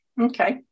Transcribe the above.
Okay